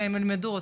שהם ילמדו אותם,